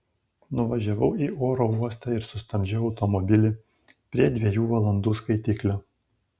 nuvažiavau į oro uostą ir sustabdžiau automobilį prie dviejų valandų skaitiklio